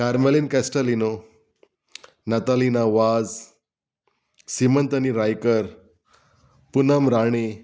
Karmelin Castelino Nina Vaz Simant Raikar Poonam Rane